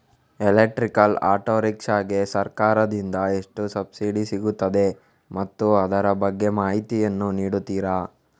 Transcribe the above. Electrical auto rickshaw ಗೆ ಸರ್ಕಾರ ದಿಂದ ಎಷ್ಟು ಸಬ್ಸಿಡಿ ಸಿಗುತ್ತದೆ ಮತ್ತು ಅದರ ಬಗ್ಗೆ ಮಾಹಿತಿ ಯನ್ನು ನೀಡುತೀರಾ?